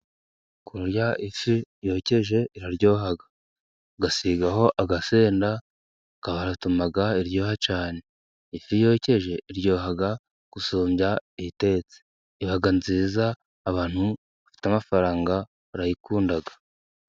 Kurya ifi yokeje iraryoha, ugasigaho agasenda gatuma iryoha cyane, ifi yokeje iryoha gusumbya itetse, iba nziza abantu bafite amafaranga barayikunda.